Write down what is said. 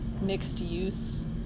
mixed-use